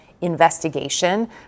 investigation